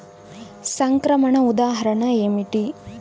సంక్రమణ ఉదాహరణ ఏమిటి?